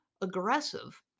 aggressive